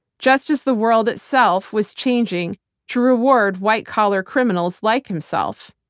just as the world itself was changing to reward white collar criminals like himself.